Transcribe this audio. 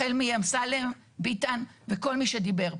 החל מאמסלם, ביטן וכל מי שדיבר פה.